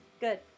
Good